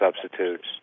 substitutes